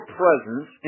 presence